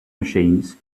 machines